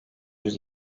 yüz